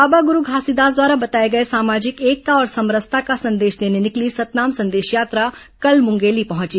बाबा ग़्रू घासीदास द्वारा बताए गए सामाजिक एकता और समरसता का संदेश देने निकली सतनाम संदेश यात्रा कल मुंगेली पहुंची